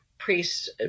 priests